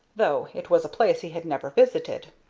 though it was a place he had never visited.